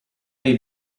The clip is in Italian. dei